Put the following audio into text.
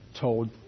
told